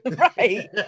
Right